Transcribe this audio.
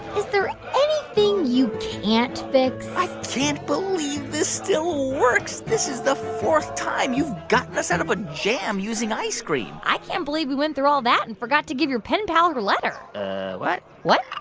is there anything you can't fix? i can't believe this still works. this is the fourth time you've gotten us out of a jam using ice cream i can't believe we went through all that and forgot to give your pen pal her letter what? what?